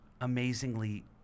amazingly